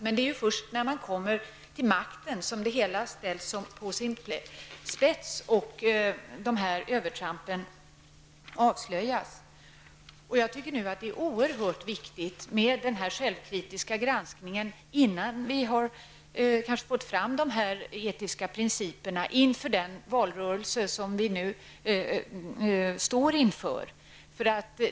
Men det är ju först när man kommer till makten som det hela ställs på sin spets och dessa övertramp avslöjas. Jag tycker att det är oerhört viktigt med denna självkritiska granskning innan vi har fått fram de här etiska principerna inför den valrörelse som vi nu står inför.